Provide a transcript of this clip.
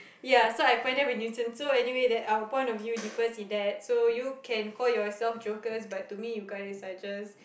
ya so I find them a nuisance so anyway that our point of view differs in that so you can call yourself jokers but to me you guys are just